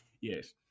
Yes